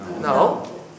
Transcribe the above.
No